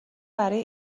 برای